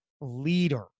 leader